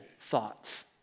thoughts